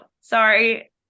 sorry